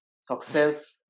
success